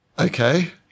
Okay